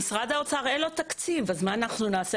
למשרד האוצר אין תקציב, מה נעשה?